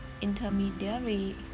intermediary